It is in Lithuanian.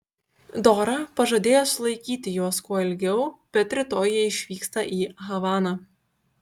dora pažadėjo sulaikyti juos kuo ilgiau bet rytoj jie išvyksta į havaną